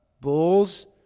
bulls